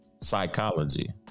psychology